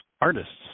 artists